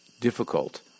difficult